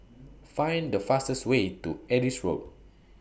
Find The fastest Way to Adis Road